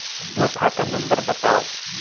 मोर खाता नम्बर बताव?